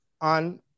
on